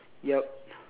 yup